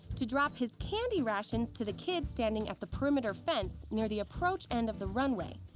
to drop his candy rations to the kids standing at the perimeter fence near the approach end of the runway.